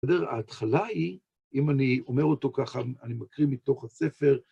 בסדר, ההתחלה היא, אם אני אומר אותו ככה, אני מקריא מתוך הספר,